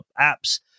apps